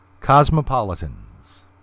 Cosmopolitans